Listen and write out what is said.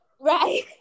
right